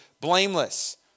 blameless